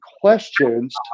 questions